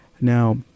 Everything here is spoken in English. Now